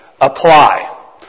Apply